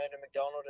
McDonald